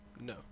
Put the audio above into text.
No